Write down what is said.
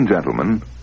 Gentlemen